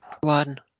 One